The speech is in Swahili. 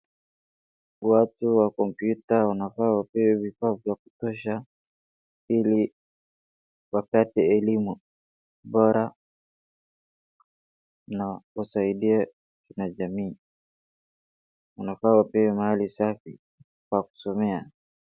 Watu wa kompyuta wanafa wapewe vifaa vya kutosha ili wapate elimu bora na kusaidia na jamii. Wanafaa wapewe mahali safi pa kusomea.